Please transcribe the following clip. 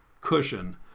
cushion